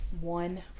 one